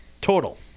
Total